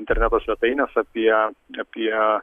interneto svetaines apie apie